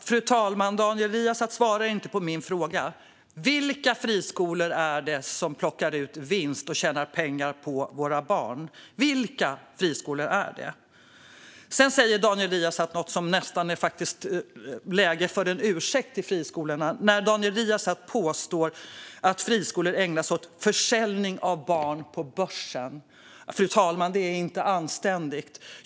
Fru talman! Daniel Riazat svarar inte på min fråga. Vilka friskolor är det som plockar ut vinst och tjänar pengar på våra barn? Vilka friskolor är det? Sedan säger Daniel Riazat något där det faktiskt nästan är läge för en ursäkt till friskolorna. Han påstår att friskolor ägnar sig åt försäljning av barn på börsen. Det är inte anständigt, fru talman.